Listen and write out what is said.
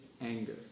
anger